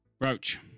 Roach